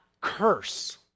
curse